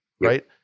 right